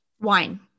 wine